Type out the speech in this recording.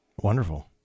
Wonderful